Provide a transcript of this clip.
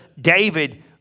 David